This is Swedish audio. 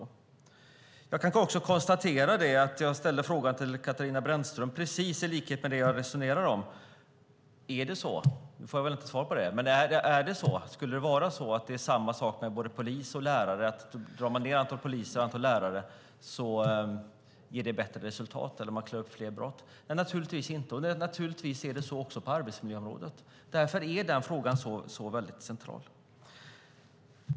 Nu får jag väl inget svar, men jag frågar ändå Katarina Brännström, utifrån mitt resonemang: Skulle det vara samma sak med polis och lärare, att om man drar ned antalet poliser och lärare klaras fler brott upp och uppnås bättre resultat i skolan? Nej, naturligtvis inte, och så är det förstås också på arbetsmiljöområdet. Därför är den frågan central.